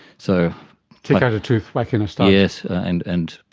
so take out a tooth, whack in a stud. yes, and and